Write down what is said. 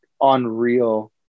unreal